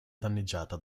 danneggiata